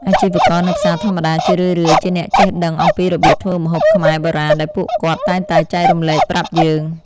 អាជីវករនៅផ្សារធម្មតាជារឿយៗជាអ្នកចេះដឹងអំពីរបៀបធ្វើម្ហូបខ្មែរបុរាណដែលពួកគាត់តែងតែចែករំលែកប្រាប់យើង។